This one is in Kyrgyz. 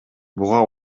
буга